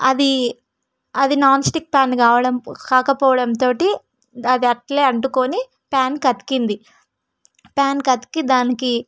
అది అది non stick pan కావడం కాకపోవడంతో అది అట్లే అంటుకొని ప్యాన్కి అతికింది ప్యాన్కి అతికి దానికి